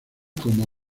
como